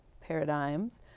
paradigms